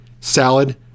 salad